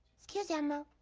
excuse elmo.